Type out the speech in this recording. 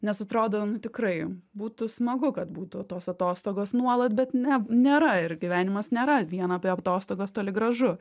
nes atrodo nu tikrai būtų smagu kad būtų tos atostogos nuolat bet ne nėra ir gyvenimas nėra vien apie atostogas toli gražu